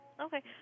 okay